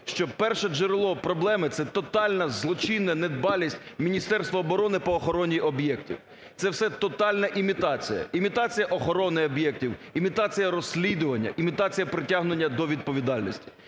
що перше джерело проблеми – це тотальна, злочинна недбалість Міністерства оборони по охороні об'єктів. Це все тотальна імітація: імітація охорони об'єктів, імітація розслідування, імітація притягнення до відповідальності.